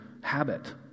habit